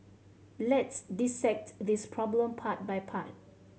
let's dissect this problem part by part